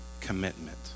commitment